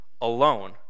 alone